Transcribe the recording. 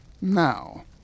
Now